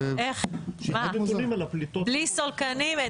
עדיף את אלה שללא סולקנים?